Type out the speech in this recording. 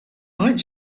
might